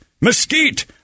mesquite